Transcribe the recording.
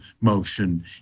motion